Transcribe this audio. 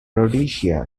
rhodesia